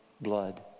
blood